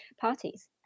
parties